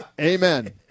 Amen